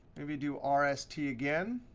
maybe do r, s, t again.